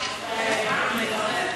חברת הכנסת